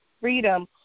freedom